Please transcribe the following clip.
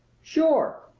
sure!